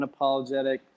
unapologetic